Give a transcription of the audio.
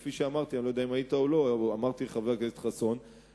וכפי שאמרתי לחבר הכנסת חסון,